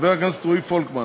חבר הכנסת רועי פולקמן,